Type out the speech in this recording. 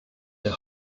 der